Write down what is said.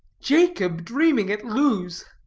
jacob dreaming at luz.